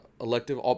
elective